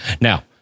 now